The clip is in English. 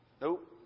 Nope